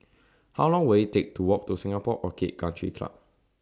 How Long Will IT Take to Walk to Singapore Orchid Country Club